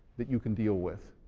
that you can deal with.